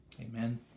Amen